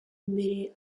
imbere